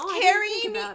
carrying